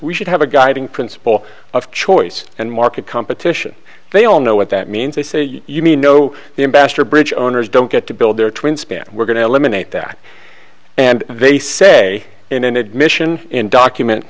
we should have a guiding principle of choice and market competition they all know what that means they say you mean no the ambassador bridge owners don't get to build their twin span we're going to eliminate that and they say in an admission in document